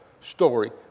story